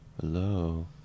Hello